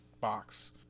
box